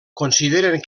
consideren